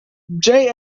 jay